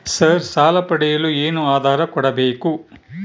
Sir ಸಾಲ ಪಡೆಯಲು ಏನು ಆಧಾರ ಕೋಡಬೇಕು?